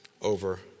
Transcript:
over